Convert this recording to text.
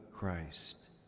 Christ